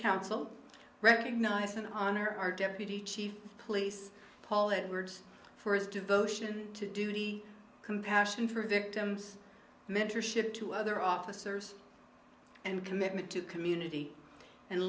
council recognize and honor our deputy chief of police paul edwards for his devotion to duty compassion for victims mentorship to other officers and commitment to community and